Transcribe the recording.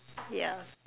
yeah